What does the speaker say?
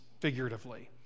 figuratively